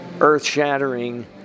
earth-shattering